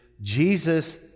Jesus